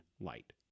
light